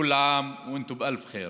כול עאם ואנתום באלף ח'יר.